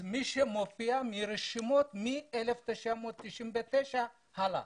מי שמופיע ברשימות משנת 1999 והלאה.